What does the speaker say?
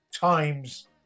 times